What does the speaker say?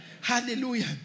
Hallelujah